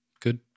good